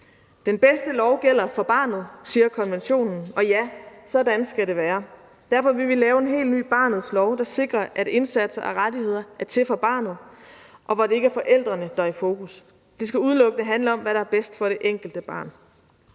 Den bedste lov gælder for barnet, siger konventionen, og ja, sådan skal det være. Derfor vil vi lave en helt ny barnets lov, der sikrer, at indsatser og rettigheder er til for barnet, og hvor det ikke er forældrene, der er i fokus. Det skal udelukkende handle om, hvad der er bedst for det enkelte barn.